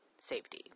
safety